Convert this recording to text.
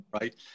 right